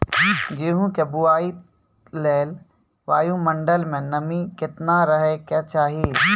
गेहूँ के बुआई लेल वायु मंडल मे नमी केतना रहे के चाहि?